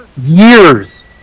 years